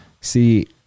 see